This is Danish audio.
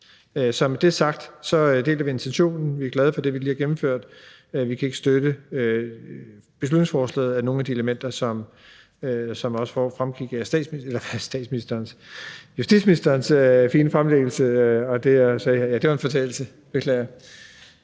Så med det sagt, deler vi intentionen. Vi er glade for det, vi lige har gennemført, men vi kan ikke støtte beslutningsforslaget, for så vidt angår nogle af de elementer, som også fremgik af statsministerens, nej justitsministerens fine fremlæggelse; ja, det var en fortalelse, beklager.